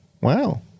Wow